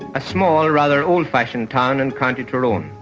a small, rather old-fashioned town in county tyrone,